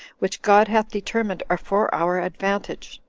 which god hath determined are for our advantage